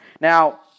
Now